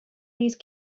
least